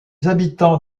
habitants